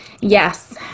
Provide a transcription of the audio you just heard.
Yes